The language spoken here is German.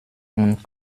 und